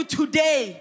today